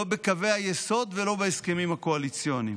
לא בקווי היסוד ולא בהסכמים הקואליציוניים.